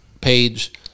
page